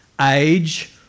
age